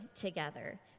together